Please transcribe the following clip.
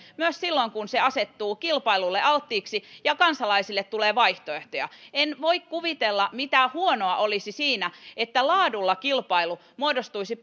myös silloin kun se asettuu kilpailulle alttiiksi ja kansalaisille tulee vaihtoehtoja en voi kuvitella mitä huonoa olisi siinä että laadulla kilpailu muodostuisi